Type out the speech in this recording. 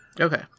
Okay